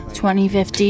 2050